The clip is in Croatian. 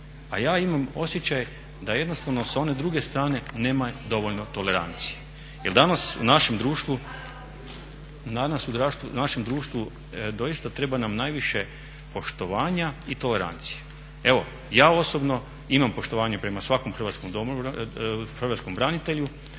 a ja imam osjećaj da jednostavno s one druge strane nema dovoljno tolerancije jer danas u našem društvu doista treba nam najviše poštovanja i tolerancije. Evo ja osobno imam poštovanje prema svakom hrvatskom branitelju,